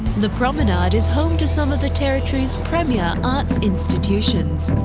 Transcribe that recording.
the promenade is home to some of the territories premier arts institutions,